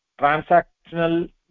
transactional